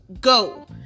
go